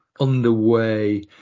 underway